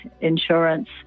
insurance